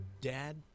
Dad